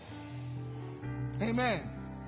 Amen